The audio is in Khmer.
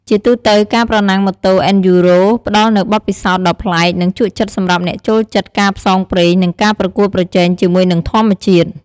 ជាទូទៅ ការប្រណាំងម៉ូតូ អេនឌ្យូរ៉ូ (Enduro) ផ្តល់នូវបទពិសោធន៍ដ៏ប្លែក និងជក់ចិត្តសម្រាប់អ្នកចូលចិត្តការផ្សងព្រេង និងការប្រកួតប្រជែងជាមួយនឹងធម្មជាតិ។